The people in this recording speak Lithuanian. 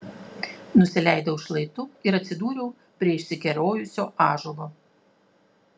nusileidau šlaitu ir atsidūriau prie išsikerojusio ąžuolo